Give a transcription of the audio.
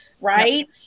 right